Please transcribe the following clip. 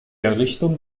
errichtung